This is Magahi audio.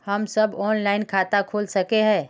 हम सब ऑनलाइन खाता खोल सके है?